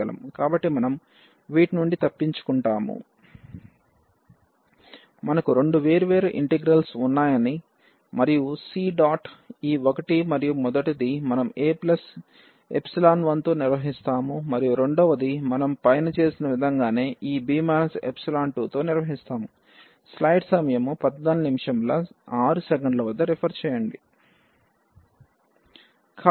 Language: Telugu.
కాబట్టి మనము వీటి నుండి తప్పించుకుంటాము మనకు రెండు వేర్వేరు ఇంటిగ్రల్స్ ఉన్నాయని మరియు c డాట్ ఈ ఒకటి మరియు మొదటిది మనం a1తో నిర్వహిస్తాము మరియు రెండవది మనం పైన చేసిన విధంగానే ఈ b 2 తో నిర్వహిస్తాము